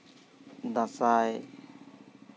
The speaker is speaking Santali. ᱫᱟᱸᱥᱟᱭ